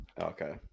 Okay